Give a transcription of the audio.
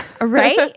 Right